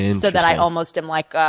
and so that i almost am like